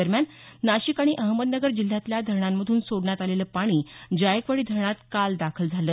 दरम्यान नाशिक आणि अहमदनगर जिल्ह्यांतल्या धरणांमधून सोडण्यात आलेलं पाणी जायकवाडी धरणात काल दाखल झालं